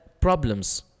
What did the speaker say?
problems